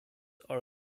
are